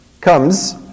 comes